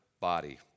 body